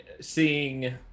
seeing